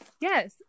Yes